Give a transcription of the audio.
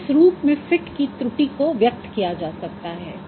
फिर इस रूप में फिट की त्रुटि को व्यक्त किया जा सकता है